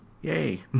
Yay